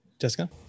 Jessica